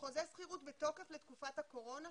חוזה שכירות בתוקף לתקופת הקורונה,